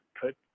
put